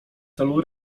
celu